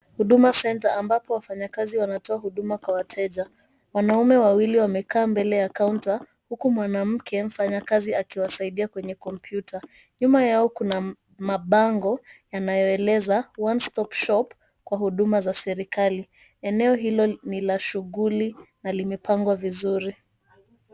Huduma center, ambapo wafanyikazi wanatoa huduma kwa wateja. Wanaume wawili wamekaa mbele ya kaunta huku mwanamke mfanyakazi akiwa saidia kwenye kompyuta. Nyuma yao, kuna mabango yanayoeleza, One Stop Shop kwa huduma za serikali. Eneo hilo ni la shughuli na limepangwa vizuri.